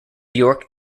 york